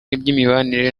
iby’imibanire